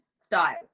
style